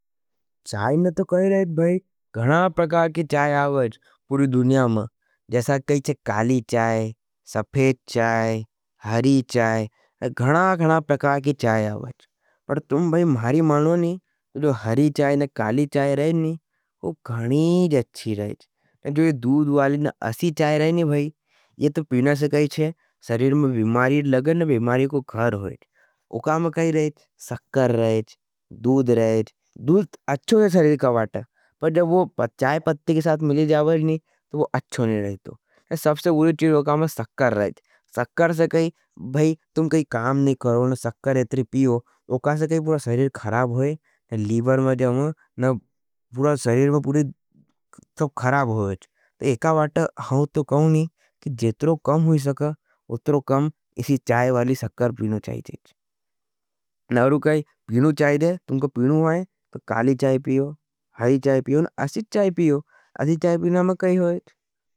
चाय ने तो कही रहें भाई, घणा प्रकार के चाय आओज पूरी दुनिया में जैसा कही छे काली चाय, सफेट चाय, हरी चाय ने घणा-घणा प्रकार के चाय आओज। पर तुम महरी मानो नी हरी चाय ने काली चाय रही नी ओ घनी अच्छी रहिच। दूध वाली ने ऐसी चाय रही नी। पीने से शरीर में घनी बीमारी लगे। ओ का शक्कर चे, दूध रहच। दूध शरीर के लिए अच्छा रहेच, पर जब वो चाय पत्ती के साथ मिल जावे नी। तो वो अछो नी रहतो। सबसे बुरी चीज को नाम हे शक्कर, बीई तुम इतना ना करो और शक्कर पियो ऐसो शरीर ख़राब होय। लिवर में जावे ना पूरो शरीर ख़राब होय। जितनो कम हुई शक्कर उतनो कम ऐसी चाय वाली शक्कर पीनो जयचेच। ऐसी चाय पियोच जिसमे शक्कर कम होयेच। तुमको पीनो जयोच तो काली चाय पियो, हरी चाय पियो।